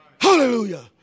Hallelujah